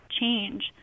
change